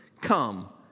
come